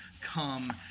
come